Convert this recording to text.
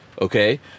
okay